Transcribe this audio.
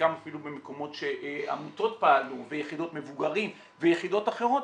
חלקם אפילו במקומות שעמותות פעלו ויחידות מבוגרים ויחידות אחרות,